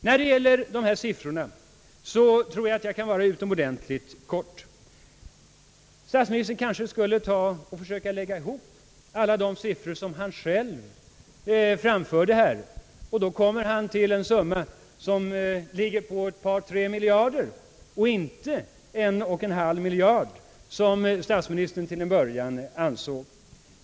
När det gäller de siffror som här diskuteras kan jag fatta mig utomordentligt kort. Statsministern borde kanske lägga ihop alla de siffror han själv här redovisade. Då skulle han komma till en summa som slutar på ett par, tre miljarder och inte en och en halv miljard, som statsministern till en början sade.